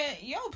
yo